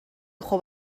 خوب